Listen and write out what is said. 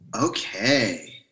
Okay